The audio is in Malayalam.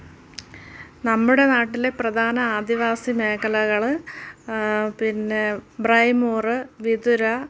നമ്മുടെ നാട്ടിലെ പ്രധാന ആദിവാസി മേഖലകൾ പിന്നെ ബ്രൈമോറ് വിധുര